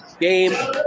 Game